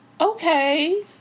okay